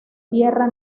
tierra